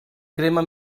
crema